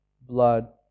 blood